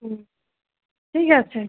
হুম ঠিক আছে